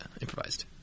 improvised